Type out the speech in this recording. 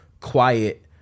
quiet